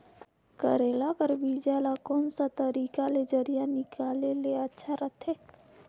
करेला के बीजा ला कोन सा तरीका ले जरिया निकाले ले अच्छा रथे?